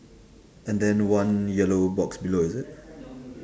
and then one yellow box below is it